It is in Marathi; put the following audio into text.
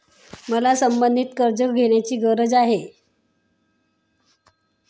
मला संबंधित कर्ज घेण्याची गरज आहे